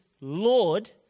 Lord